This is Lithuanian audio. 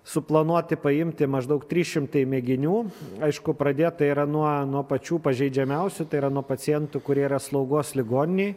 suplanuoti paimti maždaug trys šimtai mėginių aišku pradėta yra nuo nuo pačių pažeidžiamiausių tai yra nuo pacientų kurie yra slaugos ligoninėj